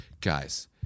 guys